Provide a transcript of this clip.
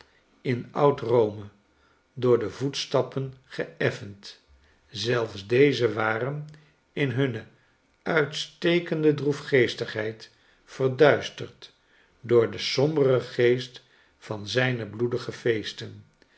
in oud rome door de voetstappen geeffend zelfs deze waren in hunne uitstekende droefgeestigheid verduisterd door den somberen geest van zijne bloedige feesten